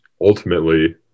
ultimately